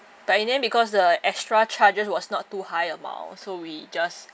but in the end because the extra charges was not too high amount so we just